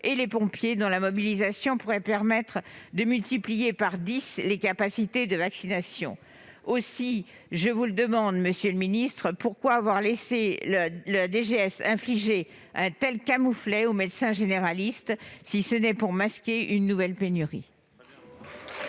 et les pompiers, dont la mobilisation pourrait permettre de multiplier par dix les capacités de vaccination. Aussi, je vous le demande, monsieur le ministre : pourquoi avoir laissé la DGS infliger un tel camouflet aux médecins généralistes, si ce n'est pour masquer une nouvelle pénurie ?